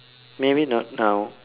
maybe not now